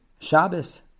Shabbos